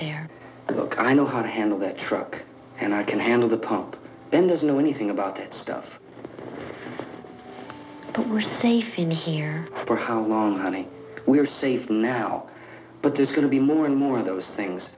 and i know how to handle that truck and i can handle the pump and there's no anything about it stuff but we're safe in here for how long honey we're sees now but there's going to be more and more of those things